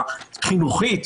החינוכית.